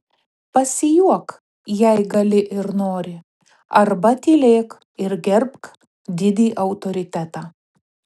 pasijuok jei gali ir nori arba tylėk ir gerbk didį autoritetą